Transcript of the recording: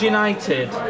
United